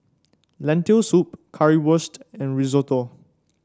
Lentil Soup Currywurst and Risotto